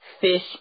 Fish